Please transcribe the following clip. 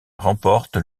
remporte